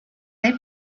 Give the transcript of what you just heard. they